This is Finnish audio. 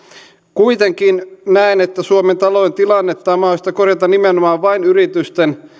kuitenkin näen että suomen talouden tilannetta on mahdollista korjata nimenomaan vain yritysten